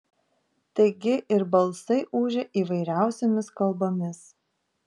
taigi ir balsai ūžė įvairiausiomis kalbomis